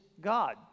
God